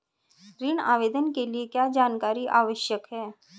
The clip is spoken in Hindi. ऋण आवेदन के लिए क्या जानकारी आवश्यक है?